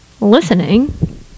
listening